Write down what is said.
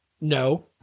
No